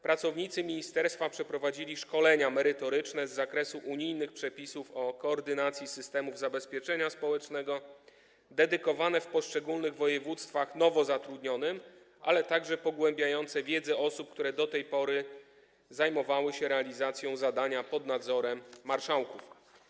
Pracownicy ministerstwa przeprowadzili szkolenia merytoryczne z zakresu unijnych przepisów o koordynacji systemów zabezpieczenia społecznego dedykowane w poszczególnych województwach nowo zatrudnionym, ale także pogłębiające wiedzę osób, które do tej pory zajmowały się realizacją tego zadania pod nadzorem marszałków.